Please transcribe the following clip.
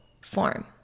form